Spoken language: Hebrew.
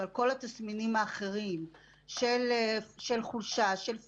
אבל כל התסמינים האחרים של חולשה, של fatigue,